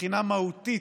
מבחינה מהותית,